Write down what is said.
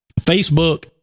Facebook